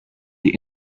the